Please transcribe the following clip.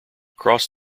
cross